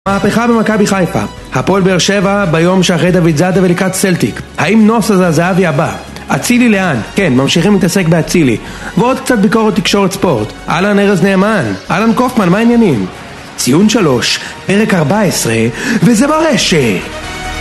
מהפכה במכבי בחיפה הפועל באר שבע ביום שאחרי דוד זאדה ולקראת סלטיק, האם נוס זה הזהבי הבא? הצילי לאן? כן, ממשיכים להתעסק בהצילי ועוד קצת ביקורת תקשורת ספורט אהלן ערז נאמן אהלן קופמן, מה עניינים? ציון שלוש פרק ארבע עשרה וזה ברשת